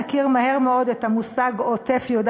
נכיר מהר מאוד את המושג עוטף-יהודה-ושומרון,